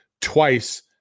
twice